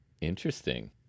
Interesting